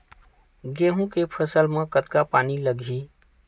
गेहूं के फसल म कतका पानी लगही?